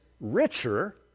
richer